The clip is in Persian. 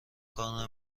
کار